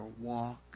walk